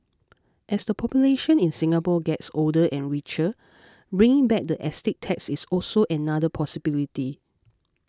as the population in Singapore gets older and richer bringing back the estate tax is also another possibility